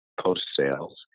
post-sales